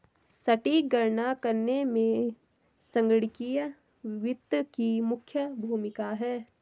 सटीक गणना करने में संगणकीय वित्त की मुख्य भूमिका है